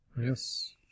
Yes